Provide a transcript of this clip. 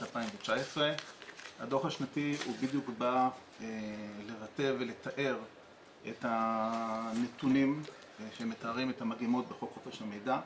2019. הדוח השנתי בא לתאר את הנתונים שמתארים את המגמות בחוק חופש המידע.